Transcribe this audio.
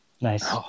Nice